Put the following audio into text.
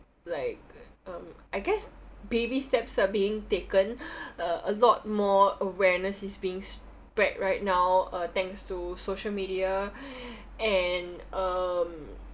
like um I guess baby steps are being taken uh a lot more awareness is being spread right now uh thanks to social media and um